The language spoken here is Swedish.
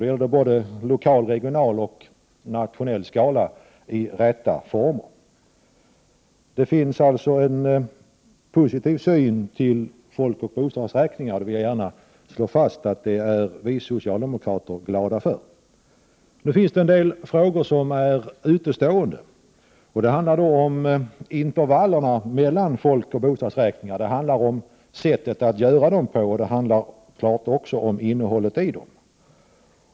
Detta gäller utvecklingen i såväl lokal och regional som nationell skala. Det finns alltså en positiv syn på folkoch bostadsräkningar, och jag vill gärna slå fast att vi socialdemokrater är glada för det. Det finns en del frågor som är utanförstående. Det handlar om intervaller na mellan folkoch bostadsräkningar, om sättet att genomföra dem på och också om innehållet i dem.